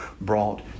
brought